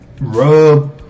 rub